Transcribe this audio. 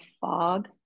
fog